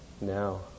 now